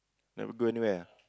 never go anywhere